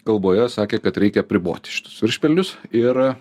kalboje sakė kad reikia apriboti šituos viršpelnius ir